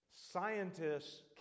Scientists